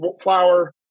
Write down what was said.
flour